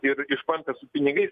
ir išpampęs su pinigais